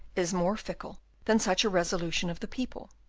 is more fickle than such a resolution of the people.